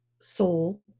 soul